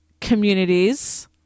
communities